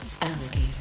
alligator